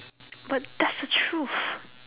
but that's the truth